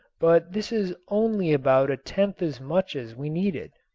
but this is only about a tenth as much as we needed.